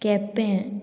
Quepem